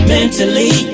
mentally